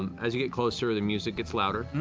um as you get closer, the music gets louder.